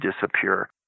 disappear